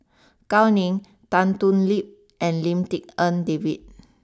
Gao Ning Tan Thoon Lip and Lim Tik En David